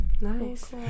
Nice